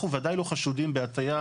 אנחנו בוודאי לא חשודים בהטייה,